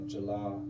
July